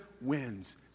wins